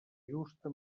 justa